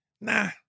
nah